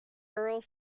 earle